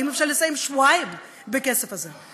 האם אפשר לסיים שבועיים בכסף הזה?